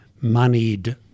moneyed